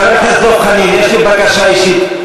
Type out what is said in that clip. חבר הכנסת דב חנין, יש לי בקשה אישית.